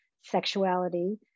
sexuality